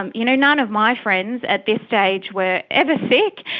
um you know, none of my friends at this stage were ever sick,